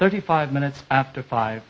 thirty five minutes after five